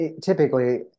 Typically